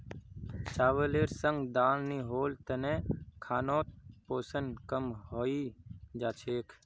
चावलेर संग दाल नी होल तने खानोत पोषण कम हई जा छेक